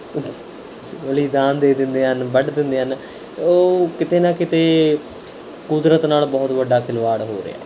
ਬਲੀਦਾਨ ਦੇ ਦਿੰਦੇ ਹਨ ਵੱਢ ਦਿੰਦੇ ਹਨ ਉਹ ਕਿਤੇ ਨਾ ਕਿਤੇ ਕੁਦਰਤ ਨਾਲ ਬਹੁਤ ਵੱਡਾ ਖਿਲਵਾੜ ਹੋ ਰਿਹਾ